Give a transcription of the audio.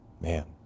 Man